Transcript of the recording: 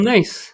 Nice